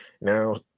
now